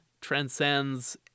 transcends